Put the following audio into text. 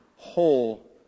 whole